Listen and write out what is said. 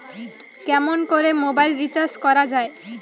কেমন করে mobile recharge করা য়ায়?